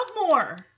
more